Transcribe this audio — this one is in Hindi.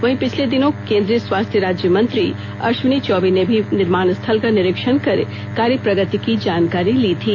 वहीं पिछले दिनों केंद्रीय स्वास्थ्य राज्य मंत्री अश्विनी चौबे ने भी निर्माण स्थल का निरीक्षण कर कार्य प्रगति की जानकारी ली थी